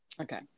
Okay